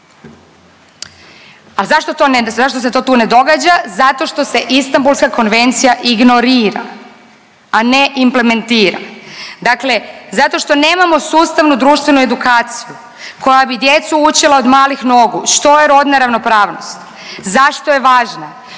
A zašto se to tu ne događa? Zato što se Istambulska konvencija ignorira, a ne implementira. Dakle, zato što nemamo sustavnu društvenu edukaciju koja bi djecu učila od malih nogu što je rodna ravnopravnost, zašto je važna,